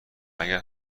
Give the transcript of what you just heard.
اگر